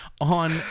on